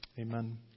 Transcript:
Amen